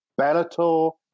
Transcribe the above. Bellator